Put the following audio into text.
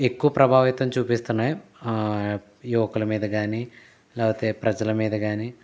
ఎక్కువ ప్రభావితం చూపిస్తున్నాయి యువకుల మీద కాని లేకపోతే ప్రజల మీద కాని